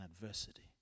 adversity